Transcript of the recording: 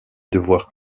devoir